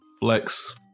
Flex